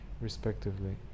respectively